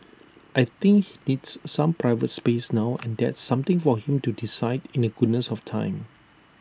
I think he needs some private space now and that's something for him to decide in the goodness of time